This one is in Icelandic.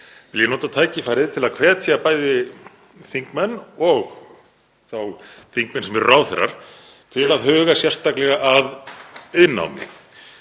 vil ég nota tækifærið til að hvetja bæði þingmenn og þá þingmenn sem eru ráðherrar til að huga sérstaklega að iðnnámi.